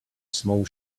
small